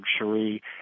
luxury